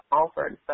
offered